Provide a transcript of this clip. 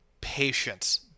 Patience